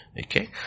Okay